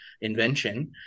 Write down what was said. invention